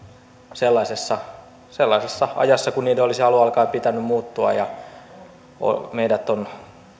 sellaisessa sellaisessa ajassa kuin niiden olisi alun alkaen pitänyt muuttua ja meidät on